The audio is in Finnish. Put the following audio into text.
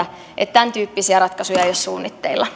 tämäntyyppisiä ratkaisuja ei ole suunnitteilla